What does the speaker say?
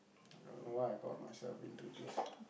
I don't know why I got myself into this